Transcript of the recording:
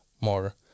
more